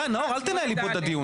די, נאור, אל תנהל לי פה את הדיון.